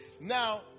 Now